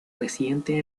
reciente